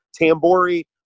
Tambori